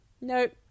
Nope